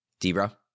Debra